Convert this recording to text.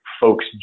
folks